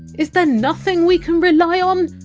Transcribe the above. is there nothing we can rely um